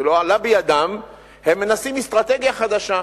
אחרי שלא עלה בידם הם מנסים אסטרטגיה חדשה,